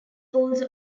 also